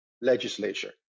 legislature